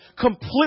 completely